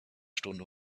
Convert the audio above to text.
stunde